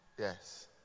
Yes